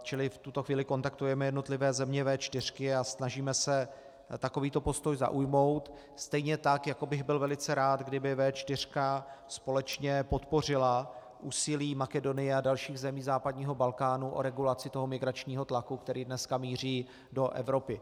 Čili v tuto chvíli kontaktujeme jednotlivé země V4 a snažíme se takovýto postoj zaujmout, stejně tak jako bych byl velice rád, kdyby V4 společně podpořila úsilí Makedonie a dalších zemí západního Balkánu o regulaci toho migračního tlaku, který dneska míří do Evropy.